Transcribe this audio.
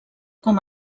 com